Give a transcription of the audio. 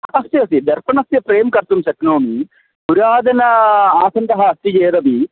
अस्ति अस्ति दर्पणस्य फ़्रेम् कर्तुं शक्नोमि पुरातनः आसन्दः अस्ति चेदपि